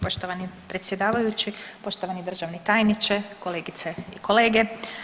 Poštovani predsjedavajući, poštovani državni tajniče, kolegice i kolege.